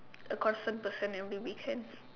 a constant person every weekend